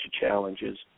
challenges